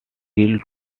two